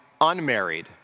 unmarried